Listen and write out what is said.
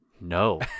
No